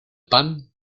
pan